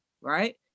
right